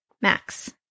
Max